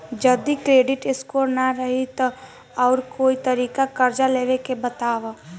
जदि credit score ना रही त आऊर कोई तरीका कर्जा लेवे के बताव?